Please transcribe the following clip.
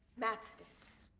math's test.